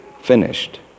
finished